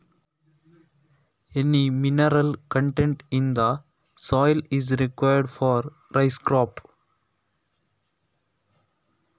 ಮಣ್ಣಿನಲ್ಲಿ ಯಾವುದೆಲ್ಲ ಖನಿಜ ಅಂಶ ಇರಬೇಕಾಗುತ್ತದೆ ಭತ್ತದ ಬೆಳೆಗೆ?